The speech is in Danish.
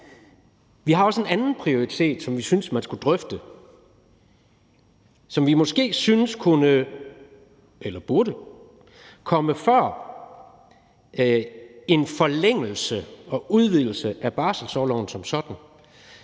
Vi har også en anden prioritet, som vi synes man skulle drøfte, og som vi måske synes kunne – eller burde – komme før en forlængelse og udvidelse af barselsorloven som sådan.